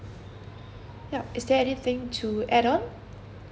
yup is there anything to add on